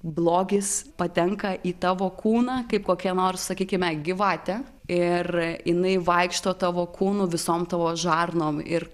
blogis patenka į tavo kūną kaip kokia nors sakykime gyvatė ir jinai vaikšto tavo kūnu visom tavo žarnom ir